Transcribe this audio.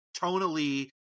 tonally